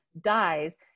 dies